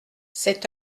cet